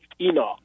enoch